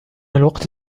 الوقت